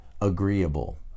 agreeable